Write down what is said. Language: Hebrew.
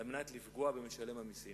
על מנת לפגוע במשלם המסים.